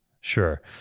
Sure